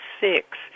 six